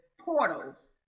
portals